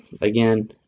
again